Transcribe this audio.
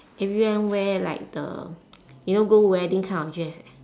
everyone wear like the you know go wedding kind of dress eh